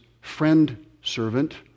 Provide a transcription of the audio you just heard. friend-servant